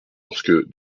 lorsque